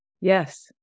Yes